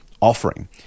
offering